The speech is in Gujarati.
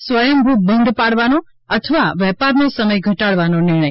સ્વયંભૂ બંધ પાળવાનો અથવા વેપારનો સમય ઘટાડવાનો નિર્ણય